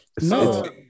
No